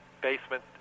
basement